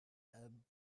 ebb